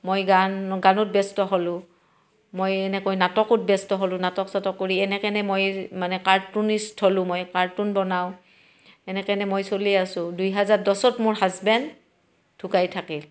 মই গান গানত ব্যস্ত হ'লোঁ মই এনেকৈ নাটকত ব্য়স্ত হ'লোঁ নাটক চাটক কৰি এনেকৈয়ে এনে মই মানে কাৰ্টুনিষ্ট হ'লোঁ মই কাৰ্টুন বনাওঁ এনেকৈয়ে এনে মই চলি আছো দুই হাজাৰ দহত মোৰ হাজবেণ্ড ঢুকাই থাকিল